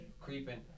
creeping